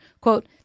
quote